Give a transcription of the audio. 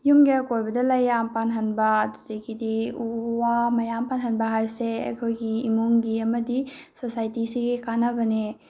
ꯌꯨꯝꯒꯤ ꯑꯀꯣꯏꯕꯗ ꯂꯩ ꯌꯥꯝ ꯄꯥꯟꯍꯟꯕ ꯑꯗꯨꯗꯒꯤꯗꯤ ꯎ ꯋꯥ ꯃꯌꯥꯝ ꯄꯥꯟꯍꯟꯕ ꯍꯥꯏꯕꯁꯤ ꯑꯩꯈꯣꯏꯒꯤ ꯏꯃꯨꯡꯒꯤ ꯑꯃꯗꯤ ꯁꯣꯁꯥꯏꯇꯤꯁꯤꯒꯤ ꯀꯥꯟꯅꯕꯅꯦ